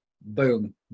boom